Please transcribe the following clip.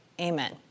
amen